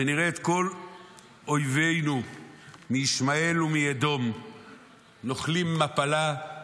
ונראה את כל אויבינו מישמעאל ומאדום נוחלים מפלה,